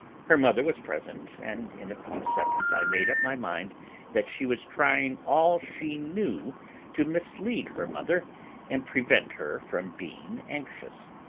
her mother was present, and in a few seconds i made up my mind that she was trying all she knew to mislead her mother and prevent her from being anxious.